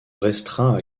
restreint